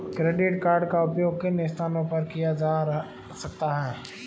Credit card का उपयोग किन स्थानों पर किया जा सकता है?